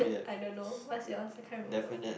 I don't know what's yours I can't remember